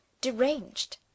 deranged